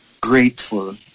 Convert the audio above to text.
grateful